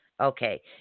Okay